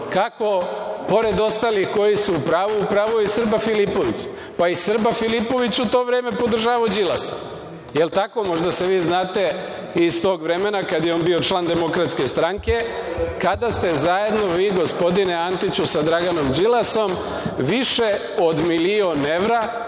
kako pored ostalih koji su u pravu, u pravu je i Srba Filipović. Pa, i Srba Filipović je u to vreme podržavao Đilasa. Jel tako? Možda se vi znate iz tog vremena kada je on bio član DS, kada ste zajedno vi, gospodine Antiću, sa Draganom Đilasom više od milion evra